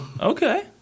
okay